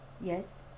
Yes